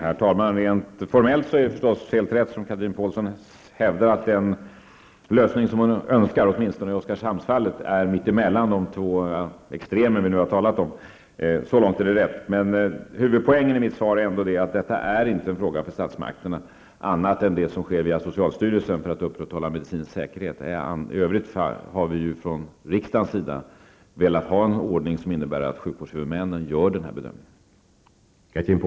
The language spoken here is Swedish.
Herr talman! Rent formellt är det som Chatrine Pålsson hävdar förstås helt riktigt, nämligen att den lösning som hon önskar, åtminstone i Oskarshamnsfallet, är något som ligger mitt emellan de två extremer som vi nu har talat om. Så långt är det riktigt. Huvudpoängen i mitt svar är emellertid att detta inte är en fråga för statsmakterna annat än när det gäller det som sker via socialstyrelsen för att upprätthålla medicinsk säkerhet. I övrigt har ju vi från riksdagens sida velat ha en ordning som innebär att sjukvårdshuvudmännen gör denna bedömning.